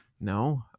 No